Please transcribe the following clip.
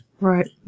Right